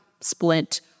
splint